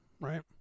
right